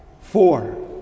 Four